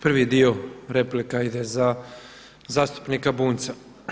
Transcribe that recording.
Prvi dio replika ide za zastupnika Bunjca.